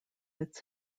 its